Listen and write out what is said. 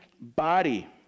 body